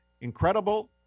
incredible